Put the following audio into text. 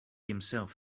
himself